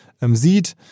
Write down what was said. sieht